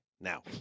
now